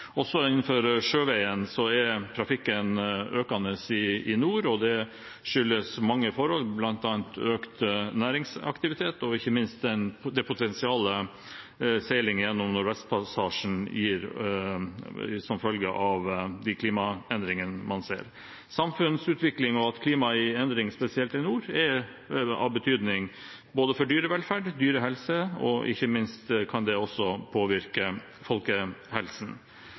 Det skyldes mange forhold, bl.a. økt næringsaktivitet og ikke minst det potensialet seiling gjennom Nordvestpassasjen gir som følge av de klimaendringene man ser. Samfunnsutviklingen og at klima er i endring, spesielt i nord, er av betydning for dyrevelferd og dyrehelse, og det kan også ikke minst påvirke folkehelsen. Komiteen har vært opptatt av at det